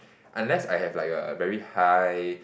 unless I have like a very high